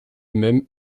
même